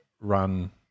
run